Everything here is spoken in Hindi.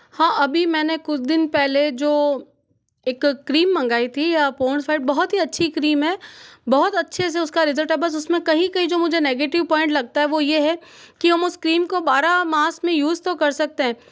हाँ अभी मैंने कुछ दिन पहले जो एक क्रीम मंगाई थी या पोंड्स वाली बहुत ही अच्छी क्रीम है बहुत अच्छे से उसका रिज़ल्ट आप बस उसमें कहीं कहीं जो मुझे नेगेटिव पॉइंट लगता है वो ये है कि हम उस क्रीम को बारा मास में यूज़ तो कर सकते हैं